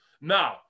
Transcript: Now